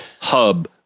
hub